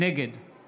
נגד